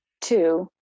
two